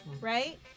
Right